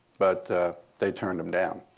but they turned him down.